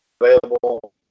available